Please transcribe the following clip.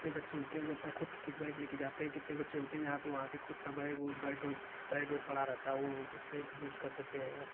कितने बच्चे होते हैं जो अपना खुद का किट बैग ले के जाते हैं कितने बच्चे होते हैं यहाँ पे वहाँ पर खुद का बैग बैट उट पैड उड पड़ा रहता है वो उसे भी यूज कर लेते हैं